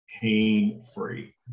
pain-free